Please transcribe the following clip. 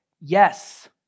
Yes